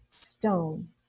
Stone